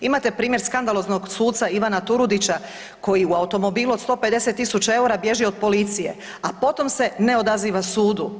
Imate primjer skandaloznog suca Ivana Turudića koji u automobilu od 155 000 eura bježi od policije, a potom se ne odaziva sudu.